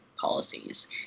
policies